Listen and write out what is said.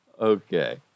okay